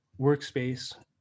workspace